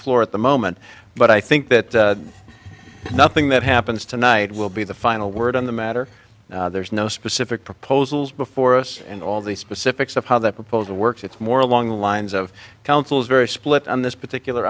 floor at the moment but i think that nothing that happens tonight will be the final word on the matter there's no specific proposals before us and all the specifics of how that proposal works it's more along the lines of council is very split on this particular